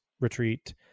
retreat